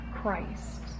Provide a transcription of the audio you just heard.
Christ